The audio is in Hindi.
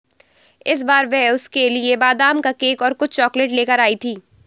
इस बार वह उसके लिए बादाम का केक और कुछ चॉकलेट लेकर आई थी